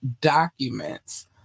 documents